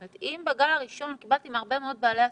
זאת אומרת אם בגל הראשון קיבלתי מהרבה מאוד בעלי עסקים,